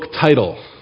title